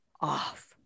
off